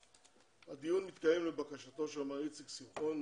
הדיון מתקיים לבקשתו של מר איציק שמחון,